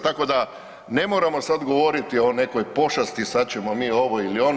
Tako da ne moramo sad govoriti o nekoj pošasti sad ćemo mi ovo ili ono.